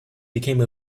became